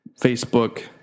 Facebook